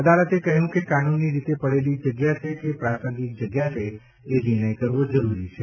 અદાલતે કહ્યું કે કાનૂની રીતે પડેલી જગ્યા છે કે પ્રાસંગિક જગ્યા છે એ નિર્ણય કરવો જરૂરી છે